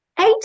eight